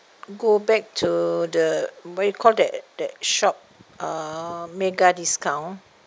go back to the what you call that that shop uh mega discount